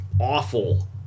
awful